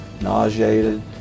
nauseated